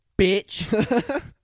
bitch